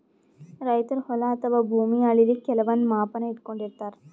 ರೈತರ್ ಹೊಲ ಅಥವಾ ಭೂಮಿ ಅಳಿಲಿಕ್ಕ್ ಕೆಲವಂದ್ ಮಾಪನ ಇಟ್ಕೊಂಡಿರತಾರ್